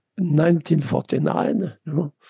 1949